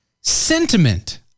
sentiment